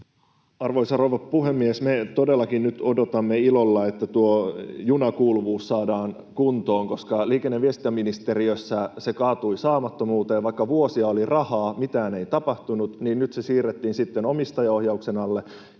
Arvoisa rouva puhemies! Me todellakin nyt odotamme ilolla, että tuo junakuuluvuus saadaan kuntoon, koska liikenne- ja viestintäministeriössä se kaatui saamattomuuteen. Vaikka vuosia oli rahaa, mitään ei tapahtunut. Nyt se siirrettiin sitten omistajaohjauksen alle,